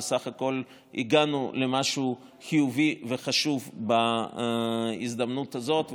ובסך הכול הגענו למשהו חיובי וחשוב בהזדמנות הזאת,